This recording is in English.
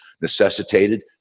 necessitated